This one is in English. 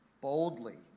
boldly